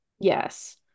Yes